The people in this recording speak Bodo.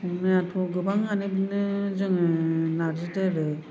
संनायाथ' गोबाङानो बिदिनो जोङो नारजि दोलो